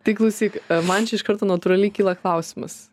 tai klausyk man čia iš karto natūraliai kyla klausimas